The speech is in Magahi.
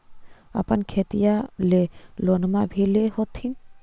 अपने खेतिया ले लोनमा भी ले होत्थिन?